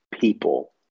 people